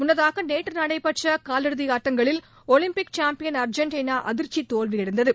முன்னதாக நேற்று நடைபெற்ற காலிறுதி ஆட்டங்களில் ஒலிம்பிக் சாம்பியன் அர்ஜென்டினா அதிர்ச்சி தோல்வியடைந்தது